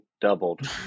doubled